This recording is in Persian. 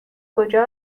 کجا